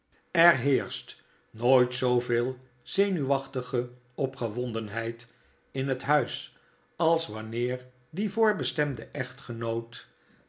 er heerscht nooit zooveel zenuwachtige opgewondenheid in het huis als wanneer dievoorbestemde echtgenoot